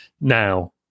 now